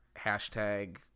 hashtag